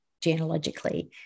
genealogically